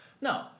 No